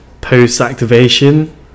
Post-activation